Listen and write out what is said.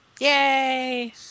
Yay